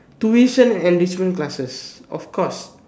tuition enrichment classes of course